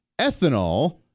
ethanol